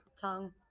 Tongue